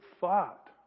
thought